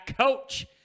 coach